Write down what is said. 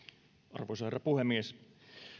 arvoisa herra puhemies